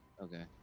Okay